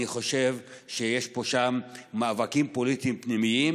אני חושב שיש פה ושם מאבקים פוליטיים פנימיים.